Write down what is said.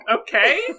okay